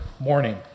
morning